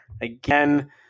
Again